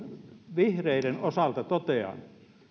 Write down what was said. vihreiden osalta totean